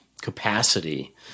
capacity